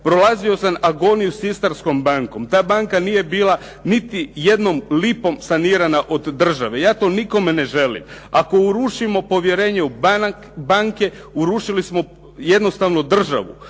prolazio sam agoniju sa istarskom bankom, ta banka nije bila niti jednom lipom sanirana od države. Ja to nikome ne želim. Ako urušimo povjerenje u banke, urušili smo jednostavno državu,